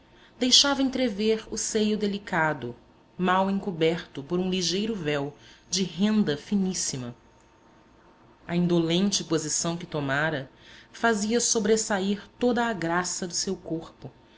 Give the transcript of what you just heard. deixava entrever o seio delicado mal encoberto por um ligeiro véu de renda finíssima a indolente posição que tomara fazia sobressair toda a graça do seu corpo